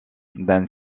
d’un